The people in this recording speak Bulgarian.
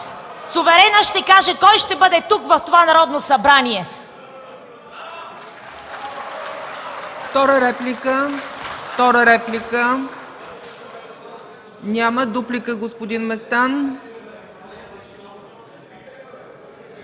Суверенът ще каже кой ще бъде тук, в това Народно събрание.